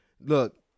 look